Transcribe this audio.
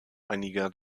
einiger